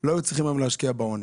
לא היו צריכים היום להשקיע בעוני.